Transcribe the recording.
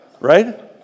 Right